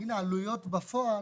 בגין עלויות בפועל.